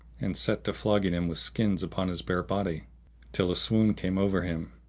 and set to flogging him with skins upon his bare body till a swoon came over him.